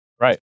Right